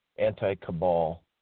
anti-cabal